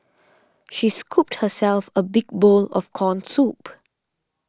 she scooped herself a big bowl of Corn Soup